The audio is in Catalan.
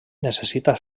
necessita